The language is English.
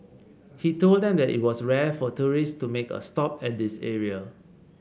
he told them that it was rare for tourists to make a stop at this area